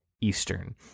Eastern